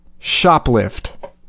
shoplift